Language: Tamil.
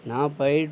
நான் ப